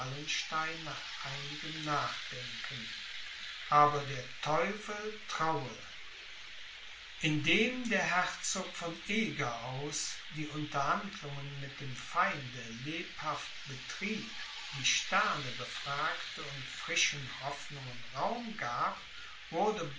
nach einigem nachdenken aber der teufel traue indem der herzog von eger aus die unterhandlungen mit dem feinde lebhaft betrieb die sterne befragte und frischen hoffnungen raum gab wurde